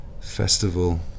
festival